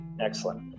Excellent